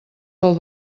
pel